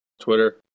Twitter